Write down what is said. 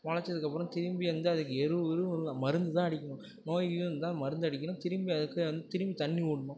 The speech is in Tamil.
முளைச்சதுக்கப்புறம் திரும்பி வந்து அதுக்கு எருவு கிருவு இல்லை மருந்துதான் அடிக்கணும் நோய் கீய் வந்தால் மருந்தடிக்கணும் திரும்பி அதுக்கு வந் திரும்பி தண்ணி விட்ணும்